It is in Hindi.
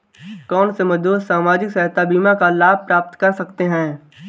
कौनसे मजदूर सामाजिक सहायता बीमा का लाभ प्राप्त कर सकते हैं?